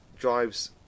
drives